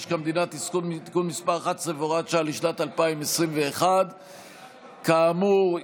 משק המדינה (תיקון מס' 11 והוראת שעה לשנת 2021). כאמור,